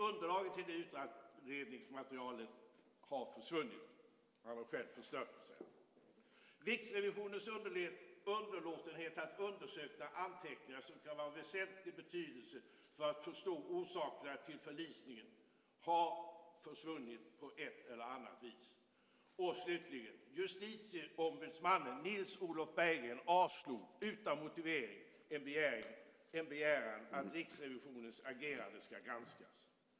Underlaget till utredningsmaterialet har försvunnit. Han har själv förstört det, säger han. Riksrevisionens underlåtenhet att undersöka anteckningar som kan vara av väsentlig betydelse för att förstå orsakerna till förlisningen har försvunnit på ett eller annat vis. För det sjunde: Justitieombudsman Nils-Olof Berggren avslog, utan motivering, en begäran om att Riksrevisionens agerande ska granskas.